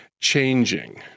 changing